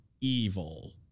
evil